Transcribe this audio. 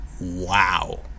Wow